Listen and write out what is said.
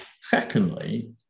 Secondly